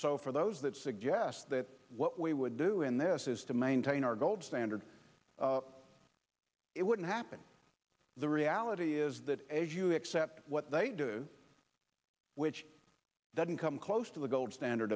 so for those that suggest that what we would do in this is to maintain our gold standard it wouldn't happen the reality is that a view except what they do which doesn't come close to the gold standard